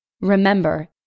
Remember